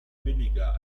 billiger